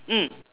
mm